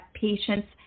patients